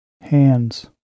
hands